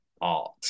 art